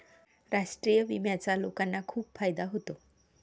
राष्ट्रीय विम्याचा लोकांना खूप फायदा होतो